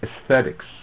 aesthetics